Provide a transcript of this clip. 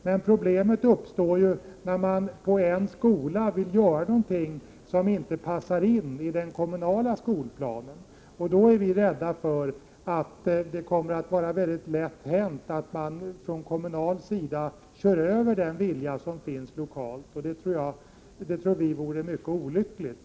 Men problem uppstår ju om man på en skola vill göra någonting som inte passar in i den kommunala skolplanen. Vi är rädda för att det lätt händer att man från kommunal sida kör över den vilja som finns lokalt. Vi tror att detta skulle vara mycket olyckligt.